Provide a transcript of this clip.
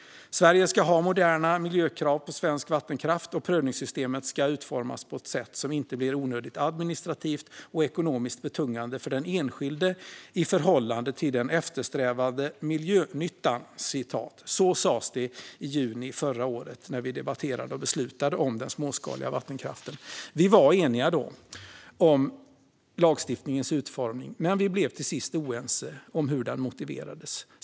Sverige ska ha moderna miljökrav på svensk vattenkraft, och prövningssystemet ska utformas på ett sätt som inte blir onödigt administrativt och ekonomiskt betungande för den enskilde i förhållande till den eftersträvade miljönyttan. Så sas det i juni förra året, när vi debatterade och beslutade om den småskaliga vattenkraften. Vi var då eniga om lagstiftningens utformning, men vi blev till sist oense om hur den motiverades.